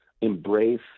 embrace